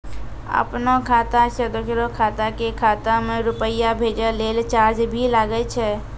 आपनों खाता सें दोसरो के खाता मे रुपैया भेजै लेल चार्ज भी लागै छै?